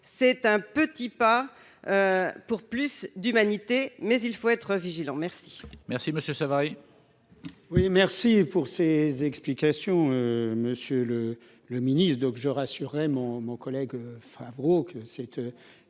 c'est un petit pas pour plus d'humanité, mais il faut être vigilant mais.